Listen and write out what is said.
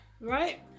right